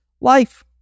life